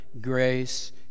grace